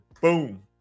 Boom